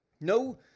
No